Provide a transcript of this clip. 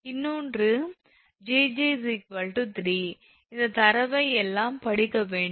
இன்னொன்று 𝑗𝑗 3 இந்தத் தரவை எல்லாம் படிக்க வேண்டும்